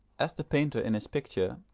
as the painter in his picture,